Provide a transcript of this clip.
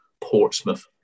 Portsmouth